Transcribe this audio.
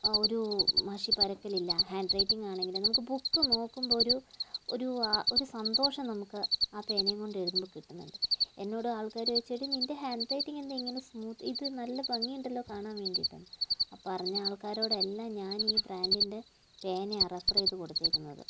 ഒരു മഷി പരക്കലില്ല ഹാന്ഡ് റൈറ്റിംഗ് ആണെങ്കിലും നമുക്ക് ബുക്ക് നോക്കുമ്പോൾ ഒരു ഒരു ആ സന്തോഷം നമുക്ക് ആ പേനയും കൊണ്ട് എഴുതുമ്പം കിട്ടുന്നുണ്ട് എന്നോട് ആള്ക്കാര് ചോദിച്ചു എടീ നിന്റെ ഹാന്ഡ് റൈറ്റിംഗ് എന്താ ഇങ്ങനെ സ്മൂത്ത് ഇത് നല്ല ഭംഗിയുണ്ടല്ലൊ കാണാന് വേണ്ടിയിട്ടെന്ന് ആ പറഞ്ഞ ആള്ക്കാരോടെല്ലാം ഞാന് ഈ ബ്രാന്ഡിൻ്റെ പേനയാണ് റെഫര് ചെയ്ത് കൊടുത്തേക്കുന്നത്